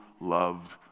loved